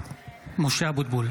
(קורא בשמות חברי הכנסת) משה אבוטבול,